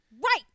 Right